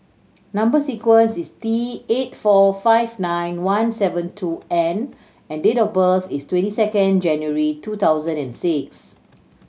number sequence is T eight four five nine one seven two N and date of birth is twenty second January two thousand and six